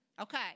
Okay